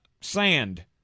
Sand